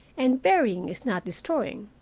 and burying is not destroying.